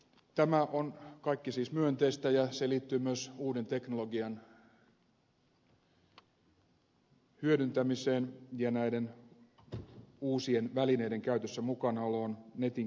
tämä on kaikki siis myönteistä ja se liittyy myös uuden teknologian hyödyntämiseen ja näiden uusien välineiden käytössä mukana oloon netin kehittymiseen